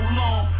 long